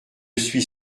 suis